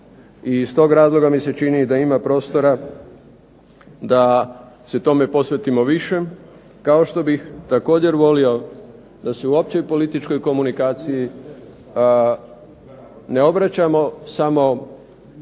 Iz tog razloga mi se čini da ima prostora da se tome posvetimo više, kao što bih također volio da se u općoj političkoj komunikaciji ne obraćamo samo